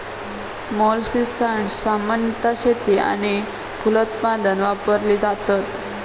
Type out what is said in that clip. मोलस्किसाड्स सामान्यतः शेतीक आणि फलोत्पादन वापरली जातत